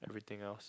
everything else